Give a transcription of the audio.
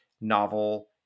novel